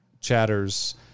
chatters